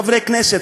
חברי כנסת,